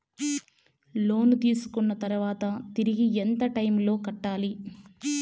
లోను తీసుకున్న తర్వాత తిరిగి ఎంత టైములో కట్టాలి